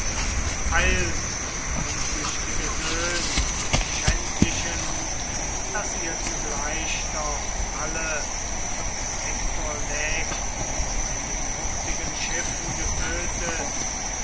untüchtige söhn ihr schändlichen daß ihr zugleich doch alle für hektor lägt bei den hurtigen schiffen getötet